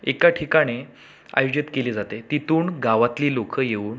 एका ठिकाणी आयोजित केली जाते तिथून गावातली लोकं येऊन